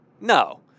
No